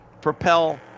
propel